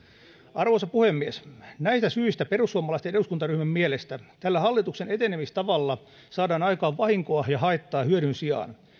arvoisa puhemies näistä syistä perussuomalaisten eduskuntaryhmän mielestä tällä hallituksen etenemistavalla saadaan aikaan vahinkoa ja haittaa hyödyn sijaan